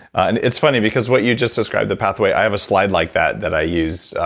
and it's funny, because what you just described, the pathway, i have a slide like that that i use.